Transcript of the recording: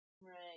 Right